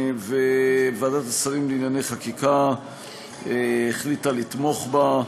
ועדת השרים לענייני חקיקה החליטה לתמוך בה,